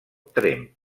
tremp